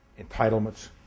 entitlements